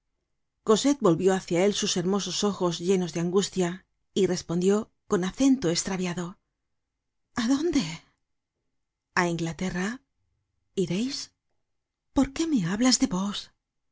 cosette volvió hácia él sus hermosos ojos llenos de angustia y respondió con acento estraviado a dónde a inglaterra ireis por qué me hablas de vos os